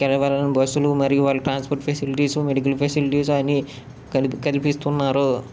బస్సులు మరియు వాళ్ళకి ట్రాన్స్పోర్ట్ ఫెసిలిటీస్ మెడికల్ ఫెసిలిటీస్ అవన్ని కలిపి కలిపి ఇస్తున్నారు